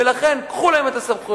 ולכן קחו להם את הסמכויות.